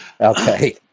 Okay